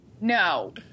No